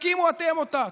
תקימו אתם אותה,